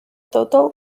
total